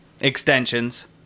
extensions